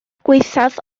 gwaethaf